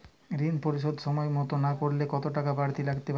ঋন পরিশোধ সময় মতো না করলে কতো টাকা বারতি লাগতে পারে?